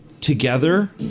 Together